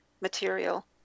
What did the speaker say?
material